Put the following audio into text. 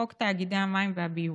חוק תאגידי המים והביוב.